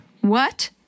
What